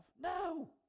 No